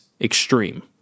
extreme